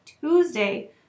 Tuesday